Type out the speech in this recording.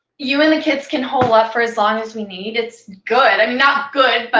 you and the kids can hole up for as long as we need. it's good, i mean, not good.